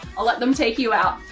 i'll let them take you out.